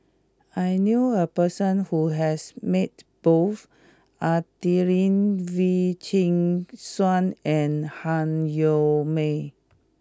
I knew a person who has met both Adelene Wee Chin Suan and Han Yong May